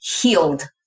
Healed